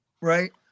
right